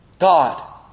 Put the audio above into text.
God